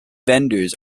vendors